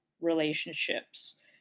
relationships